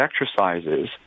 exercises